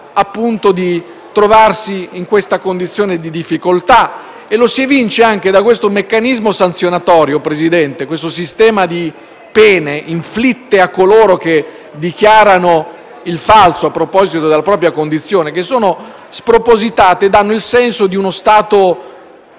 peccato di trovarsi in questa condizione di difficoltà. Lo si evince anche da questo meccanismo sanzionatorio, signor Presidente, di pene inflitte a coloro che dichiarano il falso sulla propria posizione che sono spropositate e danno il senso di uno Stato